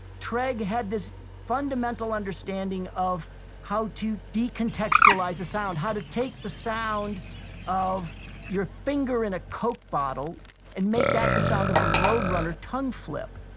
treg had this fundamental understanding of how to de-contextualize a sound, how to take the sound of your finger in a coke bottle and make that the sound of the road runner tongue flip